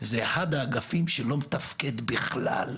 זה אחד האגפים שלא מתפקד בכלל,